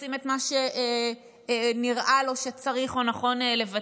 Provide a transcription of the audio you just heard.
מבצעים את מה שנראה לו שצריך או נכון לבצע.